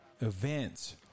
events